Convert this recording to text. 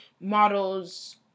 models